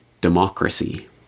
democracy